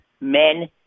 Men